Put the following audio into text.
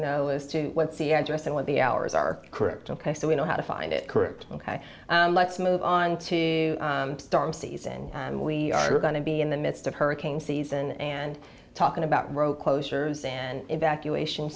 know as to what the address and what the hours are correct ok so we know how to find it correct ok let's move on to starting season and we are going to be in the midst of hurricane season and talking about road closures and evacuation